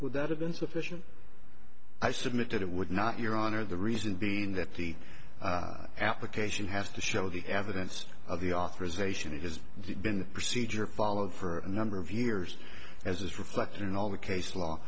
would that have been sufficient i submitted it would not your honor the reason being that the application has to show the evidence of the authorization it has been the procedure followed for a number of years as is reflected in all the case law